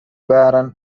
parents